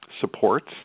supports